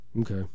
Okay